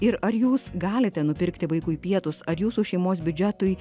ir ar jūs galite nupirkti vaikui pietus ar jūsų šeimos biudžetui